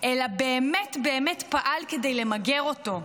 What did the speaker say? אלא באמת באמת פעל כדי למגר אותו.